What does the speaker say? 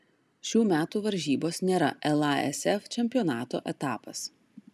šių metų varžybos nėra lasf čempionato etapas